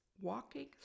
walking